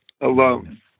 Alone